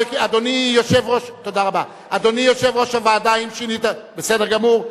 אדוני יושב-ראש הוועדה, האם שינית, בסדר גמור.